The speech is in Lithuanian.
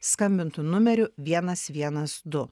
skambintų numeriu vienas vienas du